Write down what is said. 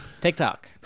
TikTok